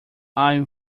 i’m